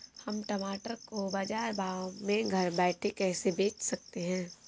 हम टमाटर को बाजार भाव में घर बैठे कैसे बेच सकते हैं?